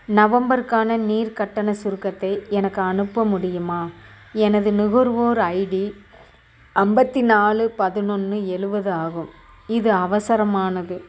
நவம்பருக்கான நீர் கட்டணச் சுருக்கத்தை எனக்கு அனுப்ப முடியுமா எனது நுகர்வோர் ஐடி ஐம்பத்தி நாலு பதினொன்று எழுபது ஆகும் இது அவசரமானது